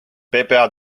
ppa